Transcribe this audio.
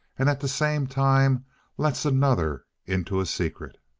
and at the same time lets another into a secret.